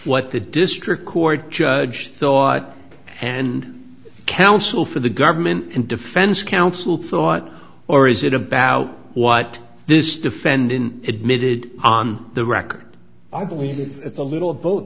what the district court judge thought and counsel for the government and defense counsel thought or is it about what this defendant admitted on the record i believe it's a little of both